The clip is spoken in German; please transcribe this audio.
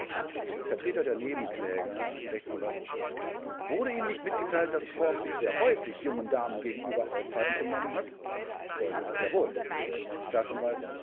vertreter der nebenkläger rechtsanwalt oster wurde ihnen nicht mitgeteilt daß forbes sich sehr häufig jungen damen gegenüber auffallend benommen hat zeuge jawohl staatsanwalt